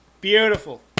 Beautiful